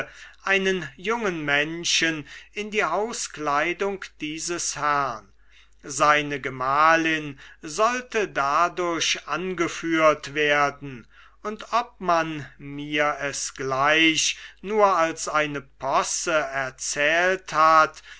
einen jungen menschen in die hauskleidung dieses herrn seine gemahlin sollte dadurch angeführt werden und ob man mir es gleich nur als eine posse erzählt hat